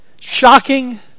shocking